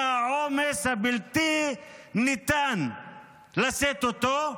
מהעומס שבלתי ניתן לשאת אותו.